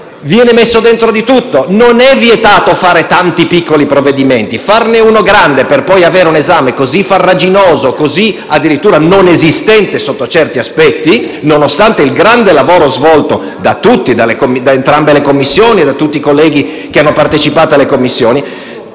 viene messo dentro di tutto. Non è vietato fare tanti piccoli provvedimenti; farne uno grande, per poi avere un esame così farraginoso e, addirittura, così non esistente sotto certi aspetti, nonostante il grande lavoro svolto da tutti, da entrambe le Commissioni e da tutti i colleghi che hanno partecipato ai lavori delle Commissioni,